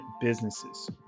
businesses